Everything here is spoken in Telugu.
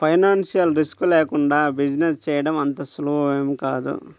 ఫైనాన్షియల్ రిస్క్ లేకుండా బిజినెస్ చేయడం అంత సులువేమీ కాదు